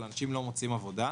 אבל אנשים לא מוצאים עבודה,